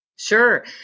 Sure